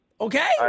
Okay